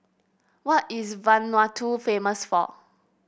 what is Vanuatu famous for